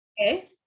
Okay